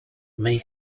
may